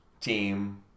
team